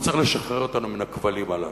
הוא צריך לשחרר אותנו מן הכבלים הללו.